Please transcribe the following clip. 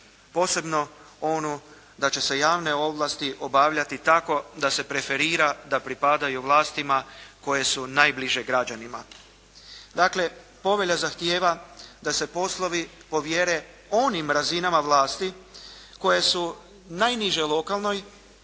posebno ono da će se javne ovlasti obavljati tako da se preferira da pripadaju vlastima koje su najbliže građanima. Dakle, Povelja zahtijeva da se poslovi povjere onim razinama vlasti koje su najniže lokalnoj